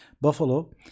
buffalo